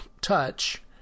touch